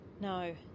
No